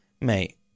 Mate